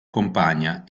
compagna